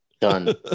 done